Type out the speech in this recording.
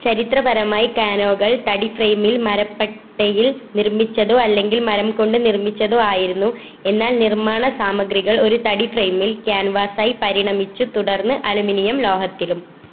ചരിത്രപരമായി കാനോകൾ തടി ഫ്രെയിമിൽ മരപ്പട്ടയിൽ നിർമ്മിച്ചതോ അല്ലെങ്കിൽ മരം കൊണ്ട് നിർമ്മിച്ചതോ ആയിരുന്നു എന്നാൽ നിർമ്മാണ സാമഗ്രികൾ ഒരു തടി ഫ്രെയിമിൽ ക്യാൻവാസായി പരിണമിച്ചു തുടർന്ന് അലുമിനിയം ലോഹത്തിലും